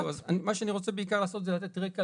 מה שאני רוצה בעיקר לעשות זה לתת רקע